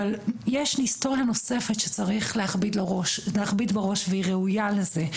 אבל יש היסטוריה נוספת שצריך להכביד בה ראש והיא ראויה לזה.